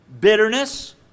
bitterness